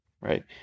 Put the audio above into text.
Right